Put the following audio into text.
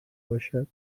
باشد